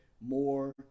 more